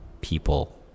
people